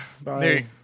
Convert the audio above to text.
Bye